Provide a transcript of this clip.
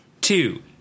Two